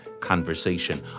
conversation